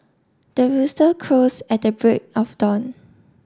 the rooster crows at the break of dawn